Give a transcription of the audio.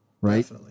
right